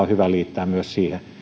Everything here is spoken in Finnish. hyvä liittää myös siihen